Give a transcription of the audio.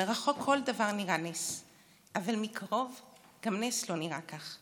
"מרחוק כל דבר נראה נס / אבל מקרוב גם נס לא נראה כך.